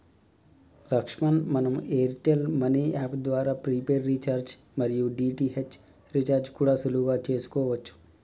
లక్ష్మణ్ మనం Airtel money app ద్వారా prepaid recharge మరియు డి.టి.హెచ్ రీఛార్జి కూడా సులువుగా చేసుకోవచ్చు